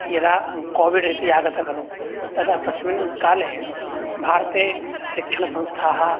यदा कोविड् इति आगतः खलु तदा तस्मिन् काले भारते शिक्षणसंस्थाः